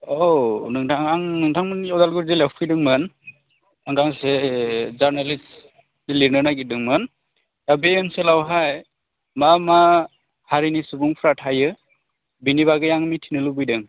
औ नोंथां आं नोंथांमोननि अदालगुरि जिल्लायाव फैदोंमोन गांसे जार्नालिस्ट लिरनो नागिरदोंमोन दा बे ओनसोलावहाय मा मा हारिनि सुबुंफ्रा थायो बेनि बागै आं मिथिनो लुबैदों